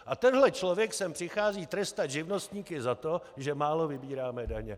A tenhle člověk sem přichází trestat živnostníky za to, že málo vybíráme daně.